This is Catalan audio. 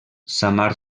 samar